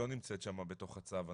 לא נמצאת שם בתוך הצו.